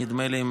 נדמה לי,